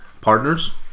partners